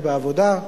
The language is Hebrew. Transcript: בעבודה,